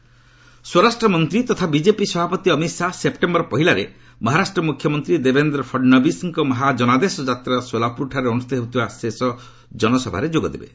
ଅମିତ ଶାହା ସ୍ୱରାଷ୍ଟ୍ରମନ୍ତ୍ରୀ ତଥା ବିଜେପି ସଭାପତି ଅମିତ ଶାହା ସେପ୍ଟେମ୍ବର ପହିଲାରେ ମହାରାଷ୍ଟ୍ର ମୁଖ୍ୟମନ୍ତ୍ରୀ ଦେବେନ୍ଦ୍ର ଫଡ଼ନବିଶ୍ଙ୍କ ମହାଜନାଦେଶ ଯାତ୍ରାର ସୋଲାପୁରଠାରେ ଅନୁଷ୍ଠିତ ହେଉଥିବା ଶେଷ ଜନସଭାରେ ଯୋଗଦେବେ